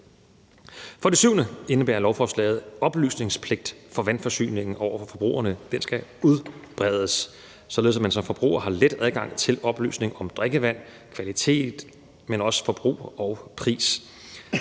For det syvende indebærer lovforslaget oplysningspligt for vandforsyningen over for forbrugerne. Det skal udbredes, således at man som forbruger har let adgang til oplysninger om drikkevandets kvalitet, men også forbrug og pris.